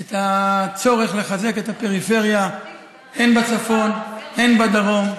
את הצורך לחזק את הפריפריה, הן בצפון והן בדרום.